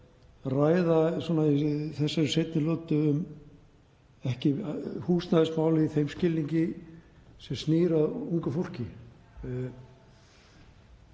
ræða í þessari seinni lotu um húsnæðismál í þeim skilningi sem snýr að ungu fólki.